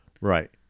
right